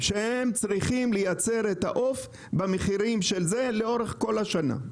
שהם צריכים לייצר את העוף במחירים של זה לאורך כל השנה.